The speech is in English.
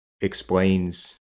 explains